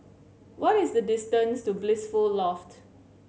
what is the distance to Blissful Loft